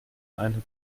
eine